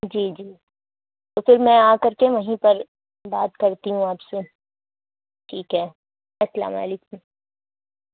جی جی تو پھر میں آ کر کے وہیں پر بات کرتی ہوں آپ سے ٹھیک ہے السلام علیکم